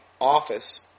office